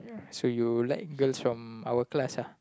so you like girls from our class ah